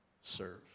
serve